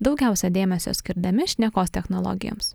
daugiausia dėmesio skirdami šnekos technologijoms